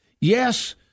yes